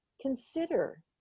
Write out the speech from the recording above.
consider